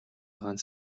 ганц